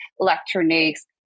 electronics